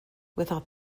without